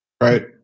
right